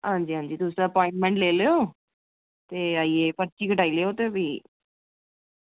आं आं जी तुस अपवाईनमेंट लेई लैयो ते आइयै पर्ची कटाई लैयो भी